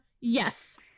yes